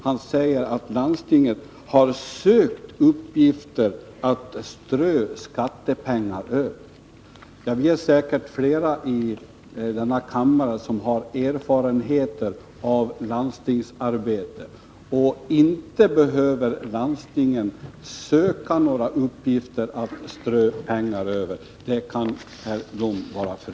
Han säger nämligen att landstinget har sökt uppgifter att strö skattepengar över. Vi är säkert flera i denna kammare som har erfarenheter av landstingsarbete. Herr Blom kan vara förvissad om att landstingen inte behöver söka några uppgifter att strö pengar över.